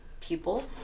people